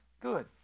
Good